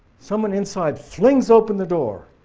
someone inside flings open the door.